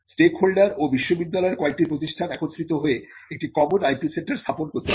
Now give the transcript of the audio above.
stakeholder ও বিশ্ববিদ্যালয়ের কয়েকটি প্রতিষ্ঠান একত্রিত হয়ে একটি কমন IP সেন্টার স্থাপন করতে পারে